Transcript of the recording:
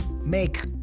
make